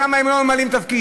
שם הם לא ממלאים תפקיד.